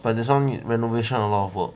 but this one renovation need a lot of work